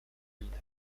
vida